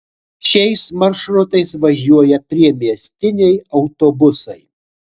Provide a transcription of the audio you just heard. šiais maršrutais važiuoja priemiestiniai autobusai